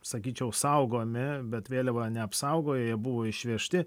sakyčiau saugomi bet vėliava neapsaugojo jie buvo išvežti